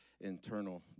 internal